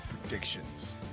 predictions